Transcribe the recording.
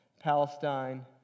Palestine